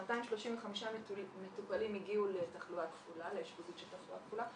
253 מטופלים הגיעו לאשפוזית של תחלואה כפולה.